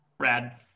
rad